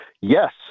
Yes